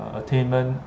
attainment